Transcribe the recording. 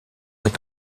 est